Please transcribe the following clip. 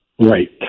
Right